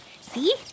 See